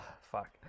Fuck